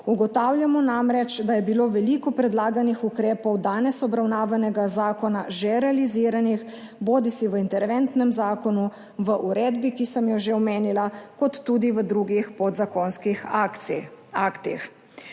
ugotavljamo namreč, da je bilo veliko predlaganih ukrepov danes obravnavanega zakona že realiziranih, bodisi v interventnem zakonu, v uredbi, ki sem jo že omenila, kot tudi v drugih podzakonskih aktih,